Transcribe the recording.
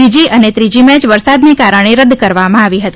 બીજી અને ત્રીજ મેચ વરસાદના કારણે રદ કરવામાં આવી હતી